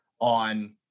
on